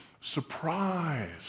surprise